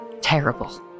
terrible